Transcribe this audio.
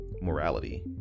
morality